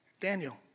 Daniel